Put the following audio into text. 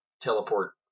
teleport